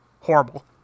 Horrible